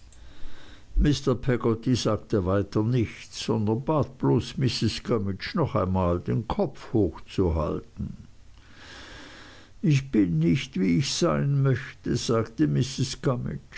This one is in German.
mr peggotty sagte weiter nichts sondern bat bloß mrs gummidge noch einmal den kopf hochzuhalten ich bin nicht wie ich sein möchte sagte